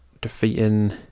defeating